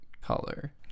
color